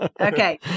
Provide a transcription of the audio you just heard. Okay